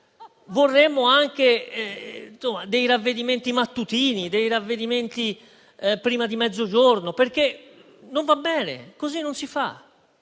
vorremmo anche dei ravvedimenti mattutini o prima di mezzogiorno, perché non va bene: così non si fa.